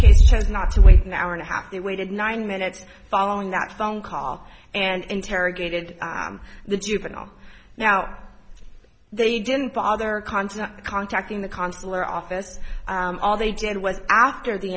case chose not to wait an hour and a half they waited nine minutes following that phone call and interrogated the juvenile now they didn't bother constant contacting the consular office all they did was after the